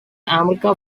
american